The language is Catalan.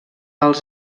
els